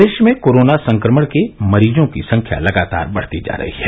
प्रदेश में कोरोना संक्रमण के मरीजों की संख्या लगातार बढ़ती जा रही है